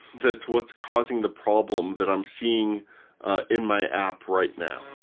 that's what's causing the problem that i'm seeing in my app right now.